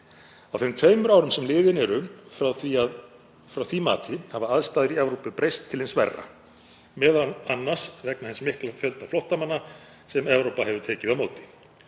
Á þeim tveimur árum sem liðin eru frá því mati hafa aðstæður í Evrópu breyst til hins verra meðal annars vegna hins mikla fjölda flóttamanna sem Evrópa hefur tekið á móti